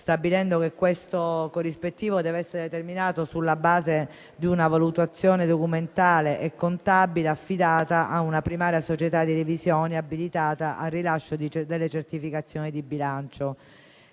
stabilendo che tale corrispettivo deve essere determinato sulla base di una valutazione documentale e contabile affidata a una primaria società di revisione abilitata al rilascio delle certificazioni di bilancio.